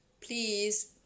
please